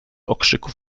okrzyków